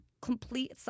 complete